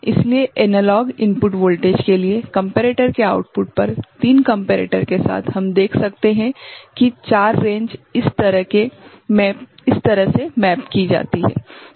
इसलिए analogue input voltage के लिए कम्पेरेटर के आउटपुट पर 3 कम्पेरेटर के साथ हम देख सकते हैं कि 4 रेंज इस तरह से मैप की जाती हैं